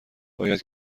باید